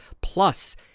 plus